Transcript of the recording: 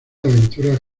aventuras